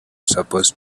supposed